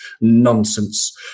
nonsense